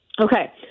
Okay